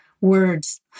words